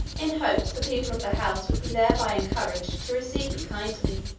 in hopes the people of the house would be thereby encouraged to receive me kindly.